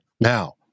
Now